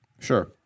Sure